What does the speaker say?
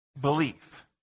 belief